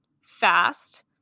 fast